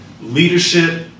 leadership